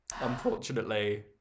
Unfortunately